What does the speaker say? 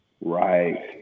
Right